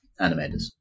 animators